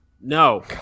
No